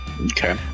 Okay